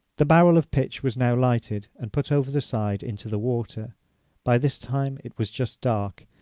the barrel of pitch was now lighted and put over the side into the water by this time it was just dark,